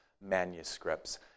manuscripts